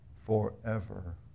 forever